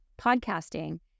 podcasting